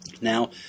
Now